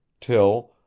till,